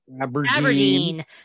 Aberdeen